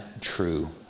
true